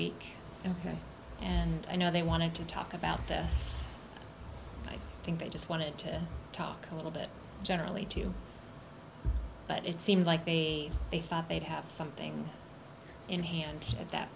week and i know they wanted to talk about this but i think they just wanted to talk a little bit generally too but it seemed like they thought they'd have something in hand at that